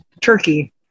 turkey